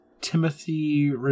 Timothy